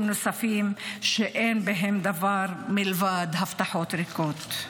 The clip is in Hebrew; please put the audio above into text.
נוספים שאין בהם דבר מלבד הבטחות ריקות?